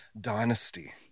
dynasty